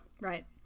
Right